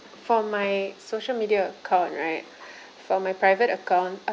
for my social media account right for my private account